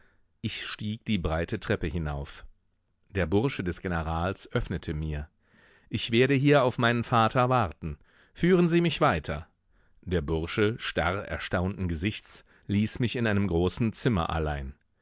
ich stieg die breite treppe hinauf der bursche des generals öffnete mir ich werde hier auf meinen vater warten führen sie mich weiter der bursche starr erstaunten gesichts ließ mich in einem großen zimmer allein